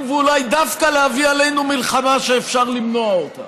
ואולי דווקא להביא עלינו מלחמה שאפשר למנוע אותה.